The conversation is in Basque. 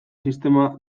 sistema